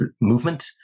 movement